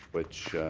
which